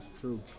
true